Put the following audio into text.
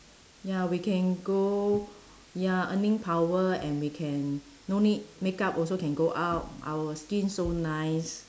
ya we can go ya earning power and we can no need makeup also can go out our skin so nice